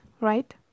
right